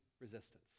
resistance